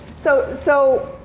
so so